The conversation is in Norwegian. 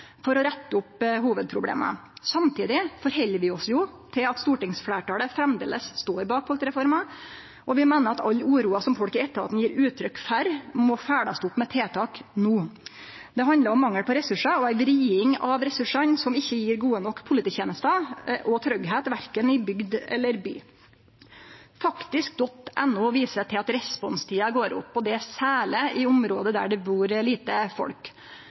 for å rette opp hovudproblema. Samtidig erkjenner vi at stortingsfleirtalet framleis står bak politireforma, og vi meiner at all uroa som folk i etaten gjev uttrykk for, må følgjast opp med tiltak no. Det handlar om mangel på ressursar og ei vriding av ressursane som ikkje gjev gode nok polititenester og tryggleik verken i bygd eller by. Faktisk.no viser til at responstida går opp, særleg i område der det bur lite folk.